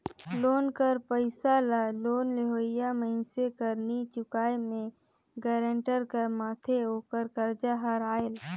loan कर पइसा ल लोन लेवइया मइनसे कर नी चुकाए में गारंटर कर माथे ओकर करजा हर आएल